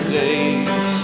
days